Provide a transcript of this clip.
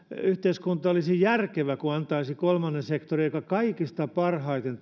yhteiskunta olisi järkevä kun vahvistaisi kolmatta sektoria joka kaikista parhaiten